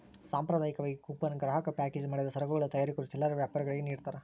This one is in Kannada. ಸಾಂಪ್ರದಾಯಿಕವಾಗಿ ಕೂಪನ್ ಗ್ರಾಹಕ ಪ್ಯಾಕೇಜ್ ಮಾಡಿದ ಸರಕುಗಳ ತಯಾರಕರು ಚಿಲ್ಲರೆ ವ್ಯಾಪಾರಿಗುಳ್ಗೆ ನಿಡ್ತಾರ